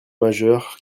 majeur